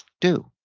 do.